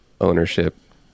ownership